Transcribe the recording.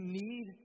need